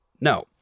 No